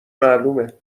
معلومه